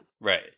Right